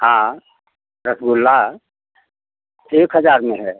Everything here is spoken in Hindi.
हाँ रसगुल्ला एक हजार में है